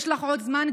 יש לך עוד זמן,